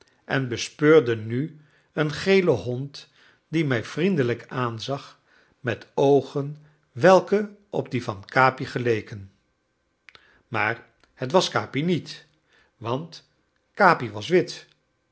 en bespeurde nu een gelen hond die mij vriendelijk aanzag met oogen welke op die van capi geleken maar het was capi niet want capi was wit